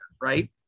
right